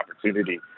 opportunity